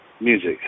music